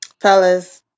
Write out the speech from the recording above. fellas